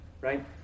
right